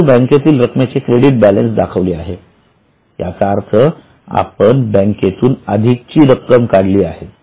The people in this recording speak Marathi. परंतु येथे बँकेतील रक्ममेचेक्रेडिट बॅलन्स दाखविले आहे याचा अर्थ आपण बँकेतून अधिकची रक्कम काढलेली आहे